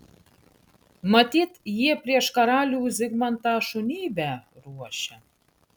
matyt jie prieš karalių zigmantą šunybę ruošia